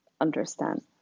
understand